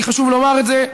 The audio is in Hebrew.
כי חשוב לומר את זה: